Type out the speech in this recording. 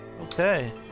Okay